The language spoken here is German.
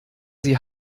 sie